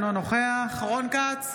אינו נוכח רון כץ,